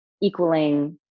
equaling